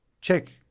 Check